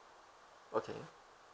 okay